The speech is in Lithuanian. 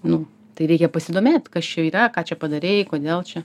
nu tai reikia pasidomėt kas čia yra ką čia padarei kodėl čia